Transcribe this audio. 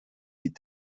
die